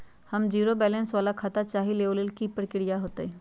हम zero balance वाला खाता चाहइले वो लेल की की प्रक्रिया होतई?